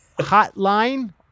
Hotline